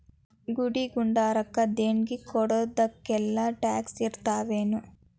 ಗುಡಿ ಗುಂಡಾರಕ್ಕ ದೇಣ್ಗಿ ಕೊಡೊದಕ್ಕೆಲ್ಲಾ ಟ್ಯಾಕ್ಸ್ ಇರ್ತಾವೆನು?